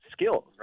skills